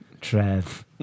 Trev